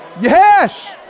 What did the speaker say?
Yes